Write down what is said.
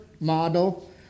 model